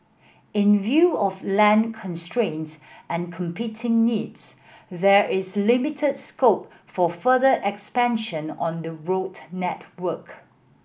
in view of land constraints and competing needs there is limited scope for further expansion on the road network